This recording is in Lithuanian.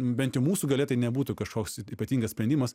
bent mūsų galia tai nebūtų kažkoks ypatingas sprendimas